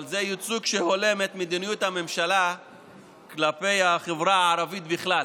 אבל זה ייצוג שהולם את מדיניות הממשלה כלפי החברה הערבית בכלל,